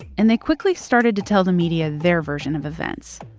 and they quickly started to tell the media their version of events.